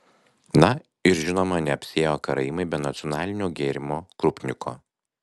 na ir žinoma neapsiėjo karaimai be nacionalinio gėrimo krupniko